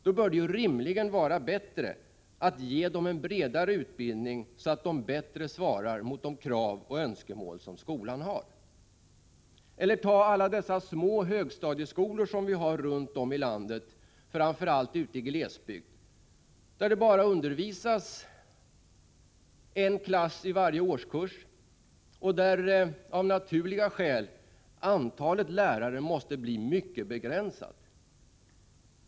Det bör då rimligen vara bättre att ge dem en bredare utbildning, som bättre svarar mot de krav och önskemål som skolan har. Som exempel kan nämnas alla de små högstadieskolor som vi har runt om i landet, framför allt i glesbygden, där det bara finns en klass i varje årskurs och där antalet lärare av naturliga skäl måste bli mycket begränsat.